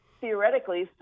theoretically